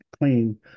clean